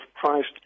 Christ